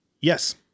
Yes